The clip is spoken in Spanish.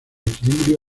equilibrio